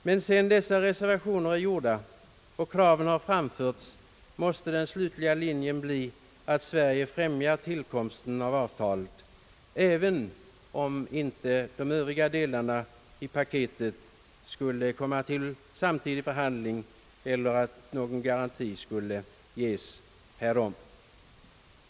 Men sedan dessa reservationer är gjorda och kraven har framförts måste den slutliga linjen bli att Sverige på allt sätt främjar tillkomsten av avtalet, även om de övriga delarna i »paketet» inte skulle komma till samtidig förhandling eller någon garanti ges härom.